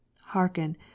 Hearken